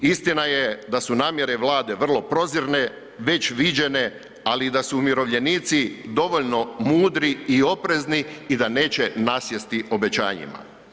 Istina je da su namjere Vlade vrlo prozirne, već viđene, ali i da su umirovljenici dovoljno mudri i oprezni i da neće nasjesti obećanjima.